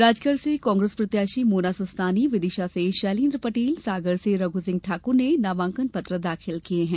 राजगढ़ से कांग्रेस प्रत्याशी मोना सुस्तानी विदिशा से शैलेन्द्र पटेल सागर से रघ्रसिंह ठाक्र ने नामांकन पत्र दाखिल किये हैं